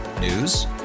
News